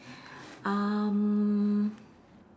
um